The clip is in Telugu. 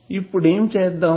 ఇప్పుడు ఏమి చేద్దాం